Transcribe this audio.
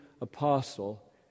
apostle